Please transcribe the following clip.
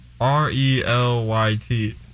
R-E-L-Y-T